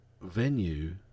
venue